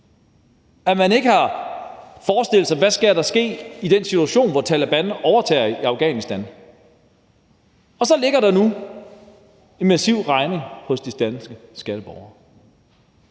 at man ikke har forestillet sig, hvad der skal ske i den situation, hvor Taleban overtager i Afghanistan. Og så ligger der nu en massiv regning hos de danske skatteborgere.